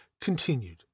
continued